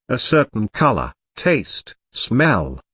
a certain colour, taste, smell,